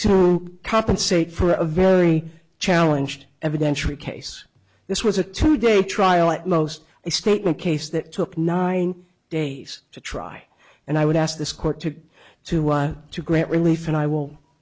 to compensate for a very challenging evidentiary case this was a two day trial at most a statement case that took nine days to try and i would ask this court to to to grant relief and i will